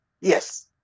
Yes